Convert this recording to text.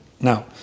Now